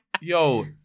yo